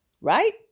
Right